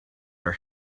are